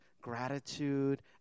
gratitude